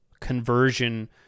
conversion